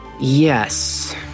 Yes